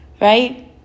Right